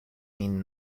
min